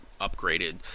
upgraded